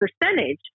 percentage